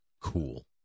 cool